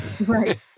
Right